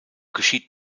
geschieht